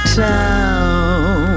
town